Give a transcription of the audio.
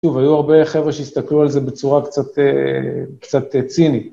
שוב, היו הרבה חבר'ה שהסתכלו על זה בצורה קצת צינית.